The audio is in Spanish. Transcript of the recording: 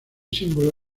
símbolo